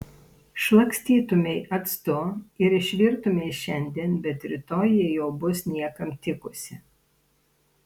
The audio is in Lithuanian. šlakstytumei actu ir išvirtumei šiandien bet rytoj ji jau bus niekam tikusi